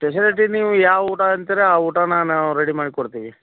facility ನೀವು ಯಾವ ಊಟ ಅಂತೀರಿ ಆ ಊಟನ ನಾವು ರೆಡಿ ಮಾಡಿ ಕೊಡ್ತೀವಿ